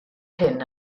hyn